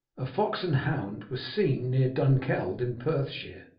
a fox and hound were seen near dunkeld in perthshire,